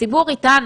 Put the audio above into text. הציבור איתנו.